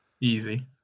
Easy